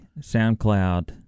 SoundCloud